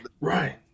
Right